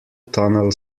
tunnel